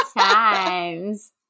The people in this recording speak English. times